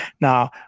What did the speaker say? Now